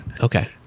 okay